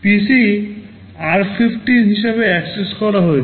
PC r15 হিসাবে access করা হয়েছে